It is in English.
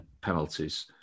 penalties